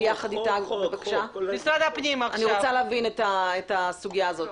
אני רוצה להבין את הסוגיה הזאת.